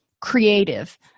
creative